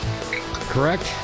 Correct